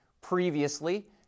Previously